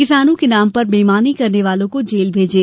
किसानों के नाम पर बेईमानी करने वालों को जेल भेजें